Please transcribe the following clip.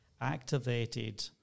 activated